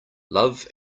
love